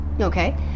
Okay